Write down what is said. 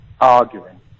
arguing